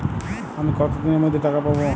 আমি কতদিনের মধ্যে টাকা পাবো?